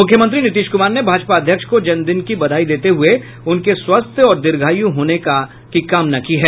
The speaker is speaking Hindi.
मुख्यमंत्री नीतीश कुमार ने भाजपा अध्यक्ष को जन्म दिन की बधाई देते हुए उनके स्वस्थ और दीर्घायू होने का कामना की है